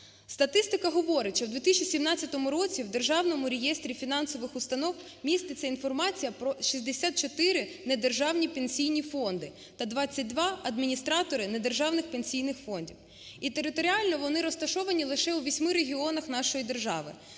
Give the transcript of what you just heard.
Статистика говорить, що в 2017 році в Державному реєстрі фінансових установ міститься інформація про 64 недержавні пенсійні фонди та 22 адміністратори недержавних пенсійних фондів. І територіально вони розташовані лише у восьми регіонах нашої держави.